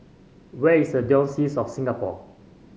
where is the Diocese of Singapore